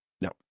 No